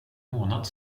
månad